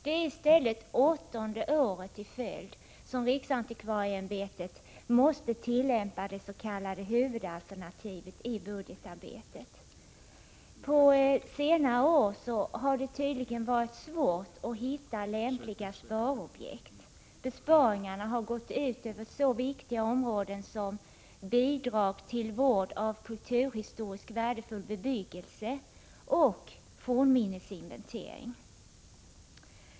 Det är i stället åttonde året i följd som riksantikvarieämbetet måste tillämpa det s.k. huvudalternativet i budgetarbetet. På senare år har det tydligen varit svårt att hitta lämpliga sparobjekt. Besparingarna har gått ut över så viktiga områden som bidrag till vård av kulturhistoriskt värdefull bebyggelse och fornminnesinventering.